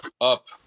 up